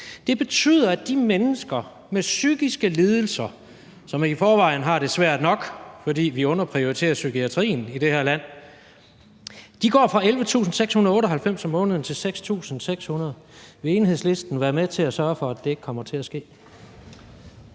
Det betyder, at de mennesker med psykiske lidelser, som i forvejen har det svært nok, fordi vi underprioriterer psykiatrien i det her land, går fra 11.698 kr. om måneden til 6.600 kr. Vil Enhedslisten være med til at sørge for, at det ikke kommer til at ske?